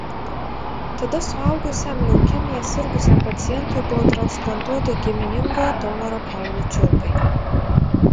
tada suaugusiam leukemija sirgusiam pacientui buvo transplantuoti giminingo donoro kaulų čiulpai